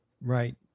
right